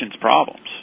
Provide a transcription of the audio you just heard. problems